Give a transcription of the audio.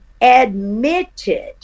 admitted